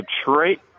Detroit